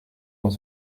dans